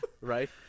right